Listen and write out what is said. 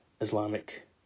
Islamic